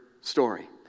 story